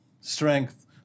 strength